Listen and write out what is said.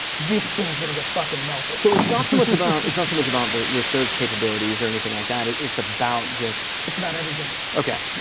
this thing's going to get fucking melted. so it's not so much about, it's not so much about the the search capabilities or anything like that. it's it's about just, it's about everything. okay.